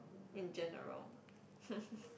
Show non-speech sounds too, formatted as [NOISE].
in general [NOISE]